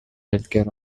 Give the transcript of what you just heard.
healthcare